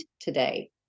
today